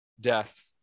death